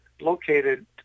located